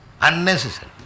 Unnecessary